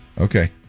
Okay